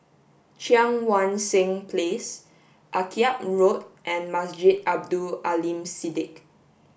Cheang Wan Seng Place Akyab Road and Masjid Abdul Aleem Siddique